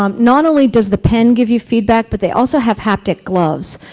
um not only does the pen give you feedback, but they also have haptic gloves.